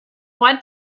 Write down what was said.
what